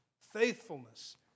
faithfulness